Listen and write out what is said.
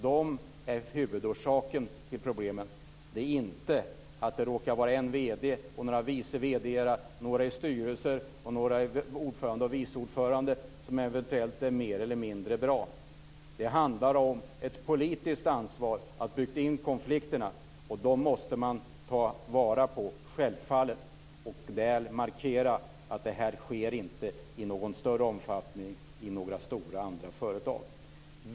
De är huvudorsaken till problemen, inte att det råkar vara en vd och några vice vd:ar, några i styrelser och några ordförande och vice ordförande som eventuellt är mer eller mindre bra. Det handlar om ett politiskt ansvar, om att det byggts in konflikter. Det måste man självfallet ta fasta på och markera att det här inte sker i någon större omfattning i andra stora företag.